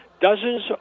Dozens